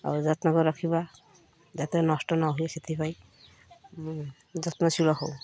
ଆଉ ଯତ୍ନ କରି ରଖିବା ଯେମିତି ନଷ୍ଟ ନ ହୁଏ ସେଥିପାଇଁ ଯତ୍ନଶୀଳ ହଉ